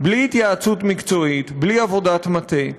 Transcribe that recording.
בלי התייעצות מקצועית, בלי עבודת מטה,